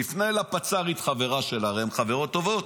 תפנה לפצ"רית, חברה שלה הרי הן חברות טובות.